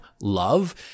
love